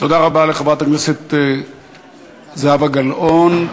תודה רבה לחברת הכנסת זהבה גלאון.